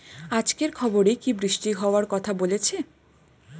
আজকের খবরে কি বৃষ্টি হওয়ায় কথা বলেছে?